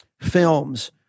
films